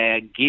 give